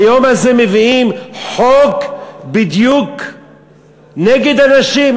ביום הזה מביאים חוק בדיוק נגד הנשים?